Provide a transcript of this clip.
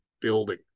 building